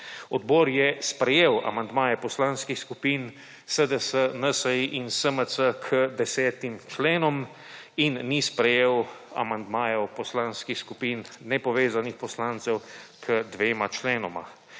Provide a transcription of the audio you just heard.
Odbor je sprejel amandmaje poslanskih skupin SDS, NSi in SMC k desetim členom in ni sprejel amandmajev poslanskih skupin Nepovezanih poslancev k dvema členoma.